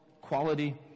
quality